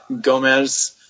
Gomez